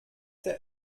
der